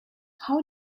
how